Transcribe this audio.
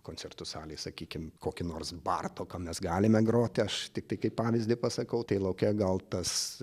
koncertų salėj sakykim kokį nors bartoką mes galime groti aš tiktai kaip pavyzdį pasakau tai lauke gal tas